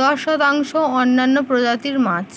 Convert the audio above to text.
দশ শতাংশ অন্যান্য প্রজাতির মাছ